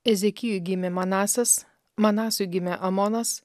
ezikijui gimė manasas manasui gimė amonas